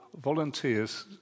volunteers